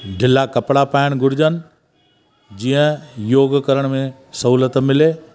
ढिला कपिड़ा पाइण घुरिजनि जीअं योग करण में सहूलियत मिले